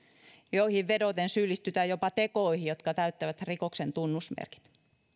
joihin vedoten syyllistytään jopa tekoihin jotka täyttävät rikoksen tunnusmerkit